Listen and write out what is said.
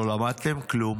לא למדתם כלום